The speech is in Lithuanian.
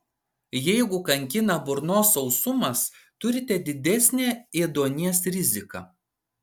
jeigu kankina burnos sausumas turite didesnę ėduonies riziką